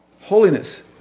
Holiness